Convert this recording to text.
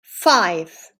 five